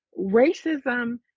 racism